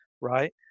right